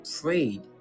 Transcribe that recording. prayed